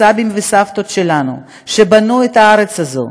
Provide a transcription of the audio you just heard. בסבים ובסבתות שלנו, שבנו את הארץ הזאת.